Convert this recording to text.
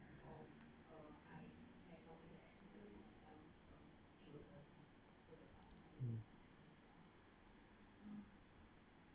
mm